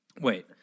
Wait